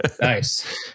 Nice